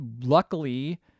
luckily